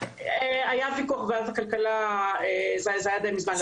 זה היה די מזמן,